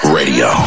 radio